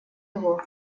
его